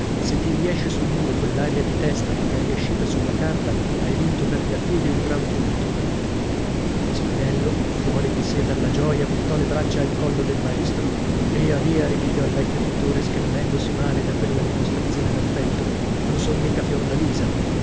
se ti riesce sul muro quell'aria di testa come t'è riescita sulla carta hai vinto per mia fede un gran punto spinello fuori di sè dalla gioia buttò le braccia al collo del maestro via via ripigliò il vecchio pittore schermendosi male da quella dimostrazione d'affetto non son mica